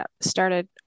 started